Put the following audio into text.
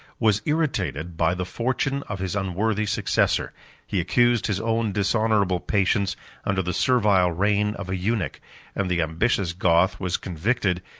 was irritated by the fortune of his unworthy successor he accused his own dishonorable patience under the servile reign of a eunuch and the ambitious goth was convicted,